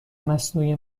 مصنوعی